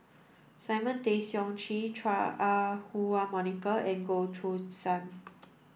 Simon Tay Seong Chee Chua Ah Huwa Monica and Goh Choo San